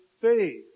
faith